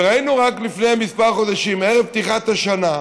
וראינו רק לפני כמה חודשים, ערב פתיחת השנה,